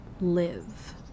live